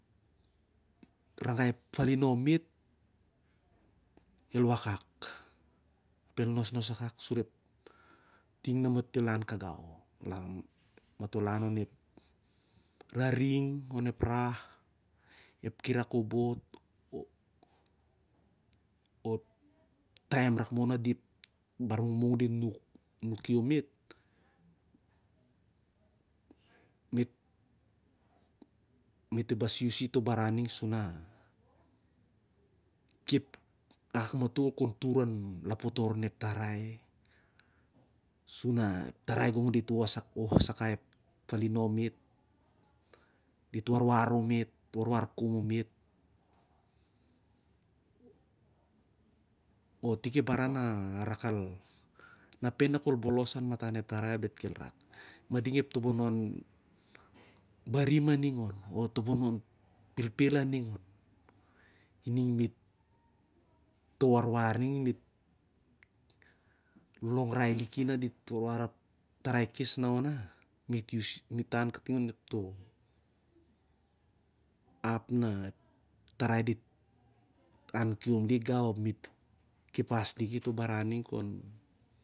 Ragai ep falinom me't el wakak sur ting na me't el an ka gau. Matol lan onep raring onep rah o ep kirai kabot o ep taem rak moh na bar mungmung dit nuki ome't. Me't bos usim to baran ning na sur kon tur lapotor inep tarai. Sur na ep tarai gong dit woh sakai kep falinom, me't o warwar ome't o warwar kum on me't. Napeh na khol bolos an matam ep tarai ap diat eld knak, ah, e dmanding ep to bomon barim o phelphil ading on. Ining toh warwar ning ep tarai khol dit reh pari i- ep baran ning-